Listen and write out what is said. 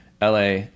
LA